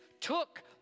took